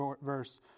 verse